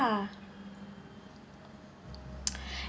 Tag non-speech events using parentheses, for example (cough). ya (breath)